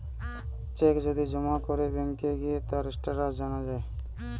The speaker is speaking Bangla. চেক যদি জমা করে ব্যাংকে গিয়ে তার স্টেটাস জানা যায়